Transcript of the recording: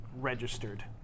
registered